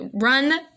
run